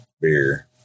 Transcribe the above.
beer